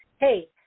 hey